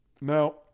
Now